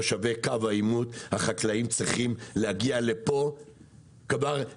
תושבי קו העימות החקלאים צריכים להגיע לפה למעלה